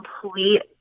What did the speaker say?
complete